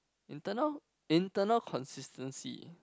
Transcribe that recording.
internal internal consistency